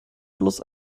bloß